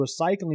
recycling